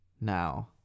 now